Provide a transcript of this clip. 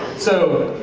so.